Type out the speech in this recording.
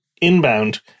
inbound